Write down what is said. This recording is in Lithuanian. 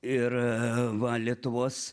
ir va lietuvos